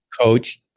coach